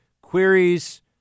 queries